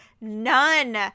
None